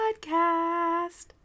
Podcast